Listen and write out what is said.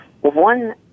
one